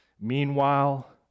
Meanwhile